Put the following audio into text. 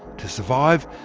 to survive,